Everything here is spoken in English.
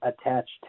attached